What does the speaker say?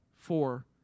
four